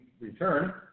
return